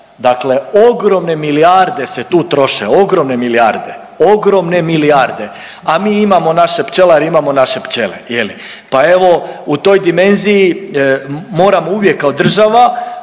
Dakle, ogromne milijarde se tu troše, ogromne milijarde. A mi imamo naše pčelare, imamo naše pčele pa evo u toj dimenziji moramo uvijek kao država